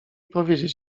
powiedzieć